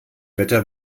wetter